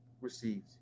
received